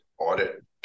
audit